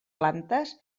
plantes